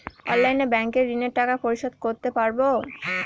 অনলাইনে ব্যাংকের ঋণের টাকা পরিশোধ করতে পারবো?